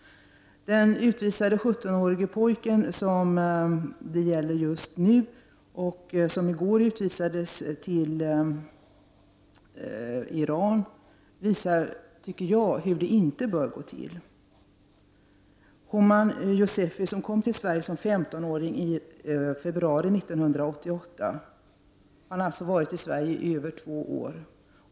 Den i går till Iran utvisade 17 årige pojken är ett exempel på hur jag tycker att det inte bör gå till. Homan Yousefi kom till Sverige som 15-åring i februari 1988. Han har alltså varit i Sverige i över två år.